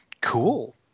Cool